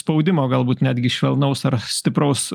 spaudimo galbūt netgi švelnaus ar stipraus